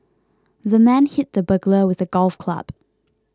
the man hit the burglar with a golf club